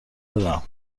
برم